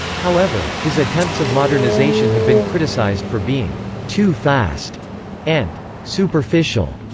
however, his attempts of modernisation have been criticised for being too fast and superficial,